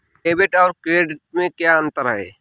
Debit और credit में क्या अंतर है?